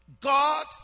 God